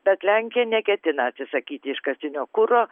bet lenkija neketina atsisakyti iškastinio kuro